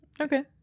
Okay